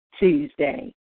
Tuesday